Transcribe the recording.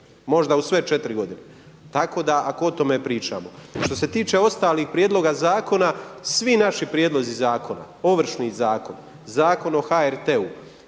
možda u sve četiri godine ako o tome pričamo. Što se tiče ostalih prijedloga zakona, svi naši prijedlozi zakona Ovršni zakon, Zakon o HRT-u,